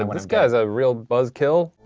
ah but this guy's a real buzzkill.